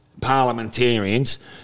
parliamentarians